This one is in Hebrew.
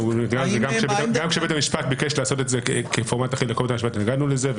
גם כשבית המשפט ביקש לעשות את זה כפורמט אחיד התנגדנו לזה.